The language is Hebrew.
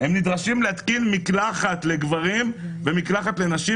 הם נדרשים להתקין מקלחת לגברים ומקלחת לנשים,